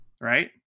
right